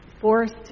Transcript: forced